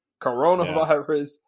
Coronavirus